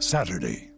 Saturday